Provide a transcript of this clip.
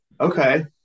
Okay